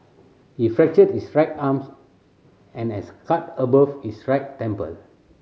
he fractured his right arms and has a cut above his right temple